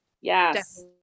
Yes